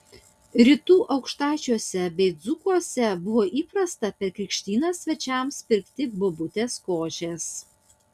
rytų aukštaičiuose bei dzūkuose buvo įprasta per krikštynas svečiams pirkti bobutės košės